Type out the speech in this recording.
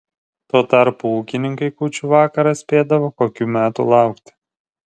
tuo tarpu ūkininkai kūčių vakarą spėdavo kokių metų laukti